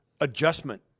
adjustment